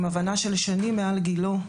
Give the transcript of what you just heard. עם הבנה של שנים מעל גילו,